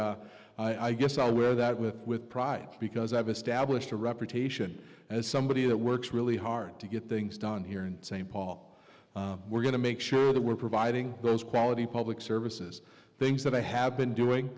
i guess i'll wear that with with pride because i've established a reputation as somebody that works really hard to get things done here in st paul we're going to make sure that we're providing those quality public services things that they have been doing